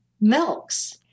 Milks